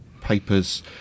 papers